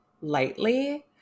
lightly